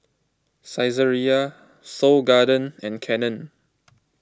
Saizeriya Seoul Garden and Canon